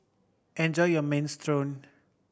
enjoy your Minestrone